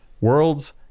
worlds